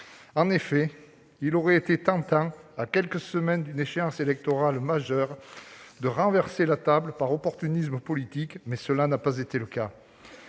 travaux. Il aurait été tentant, à quelques semaines d'une échéance électorale majeure, de renverser la table par opportunisme politique, mais cela n'a pas été le cas.